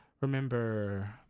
Remember